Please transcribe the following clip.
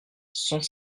cent